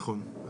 נכון.